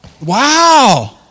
Wow